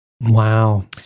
wow